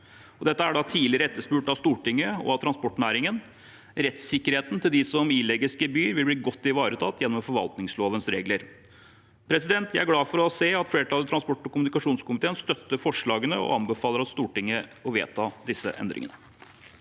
Dette er tidligere etterspurt av Stortinget og av transportnæringen. Rettssikkerheten til dem som ilegges gebyr, vil bli godt ivaretatt gjennom forvaltningslovens regler. Jeg er glad for å se at flertallet i transport- og kommunikasjonskomiteen støtter forslagene og anbefaler Stortinget å vedta disse endringene.